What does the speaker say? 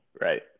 Right